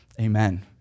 Amen